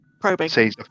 Probing